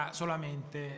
solamente